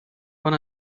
when